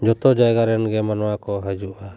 ᱡᱚᱛᱚ ᱡᱟᱭᱜᱟ ᱨᱮᱱ ᱜᱮ ᱢᱟᱱᱣᱟ ᱠᱚ ᱦᱤᱡᱩᱜᱼᱟ